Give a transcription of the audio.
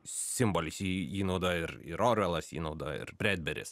simbolis jį jį naudoja ir ir orvelas jį naudoja ir bredberis